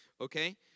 Okay